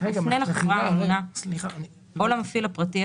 יפנה לחברה הממונה או למפעיל הפרטי,